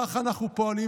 כך אנחנו פועלים.